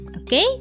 Okay